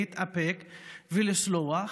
להתאפק ולסלוח,